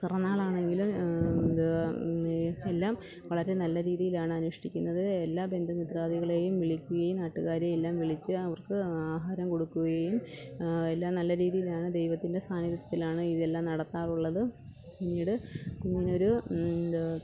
പിറന്നാൾ ആണെങ്കിലും എന്താ ഈ എല്ലാം വളരെ നല്ല രീതിയിലാണ് അനുഷ്ഠിക്കുന്നത് എല്ലാ ബന്ധുമിത്രാദികളെയും വിളിക്കുകയും നാട്ടുകാരെ എല്ലാം വിളിച്ച് അവർക്ക് ആഹാരം കൊടുക്കുകയും എല്ലാം നല്ല രീതിയിലാണ് ദൈവത്തിൻ്റെ സാന്നിധ്യത്തിലാണ് ഇത് എല്ലാം നടത്താറുള്ളത് പിന്നിട് കുഞ്ഞിന് ഒരു എന്താ